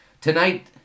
Tonight